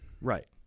Right